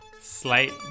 slight